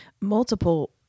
Multiple